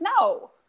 No